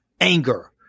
Anger